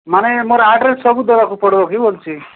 ମାନେ ମୋର ଆଡ୍ରେସ୍ ସବୁ ଦେବାକୁ ପଡ଼ିବ କି କହୁଛି